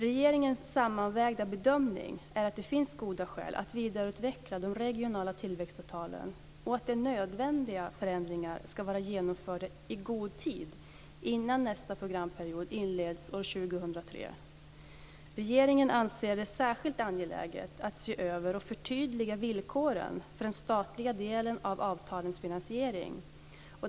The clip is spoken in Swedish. Regeringens sammanvägda bedömning är att det finns goda skäl att vidareutveckla de regionala tillväxtavtalen och att nödvändiga förändringar ska vara genomförda i god tid innan nästa programperiod inleds år 2003. Regeringen anser det särskilt angeläget att se över och förtydliga villkoren för den statliga delen av avtalens finansiering.